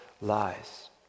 lies